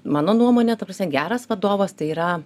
mano nuomone ta prasme geras vadovas tai yra